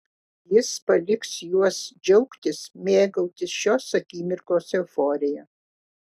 jis paliks juos džiaugtis mėgautis šios akimirkos euforija